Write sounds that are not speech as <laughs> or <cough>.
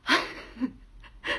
<laughs>